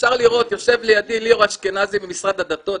יושב לידי ליאור אשכנזי ממשרד הדתות.